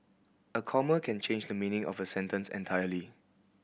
a comma can change the meaning of a sentence entirely